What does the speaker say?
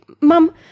mum